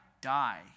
die